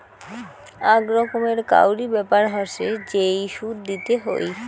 আক রকমের কাউরি ব্যাপার হসে যেই সুদ দিতে হই